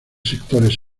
sectores